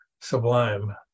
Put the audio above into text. sublime